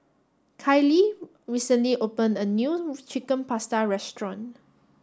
Kallie recently opened a new Chicken Pasta restaurant